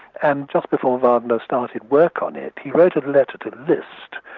and just before wagner started work on it, he wrote a letter to liszt,